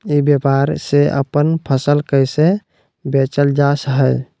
ई व्यापार से अपन फसल कैसे बेचल जा हाय?